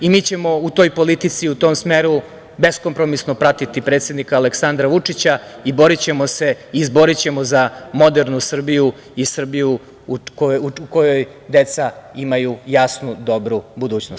Mi ćemo u toj politici, u tom smeru, beskompromisno pratiti predsednika Aleksandra Vučića i borićemo se i izborićemo za modernu Srbiju i Srbiju u kojoj deca imaju jasnu, dobru budućnost.